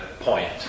point